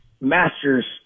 Masters